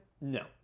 no